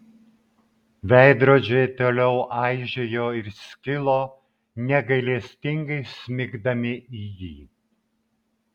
veidrodžiai toliau aižėjo ir skilo negailestingai smigdami į jį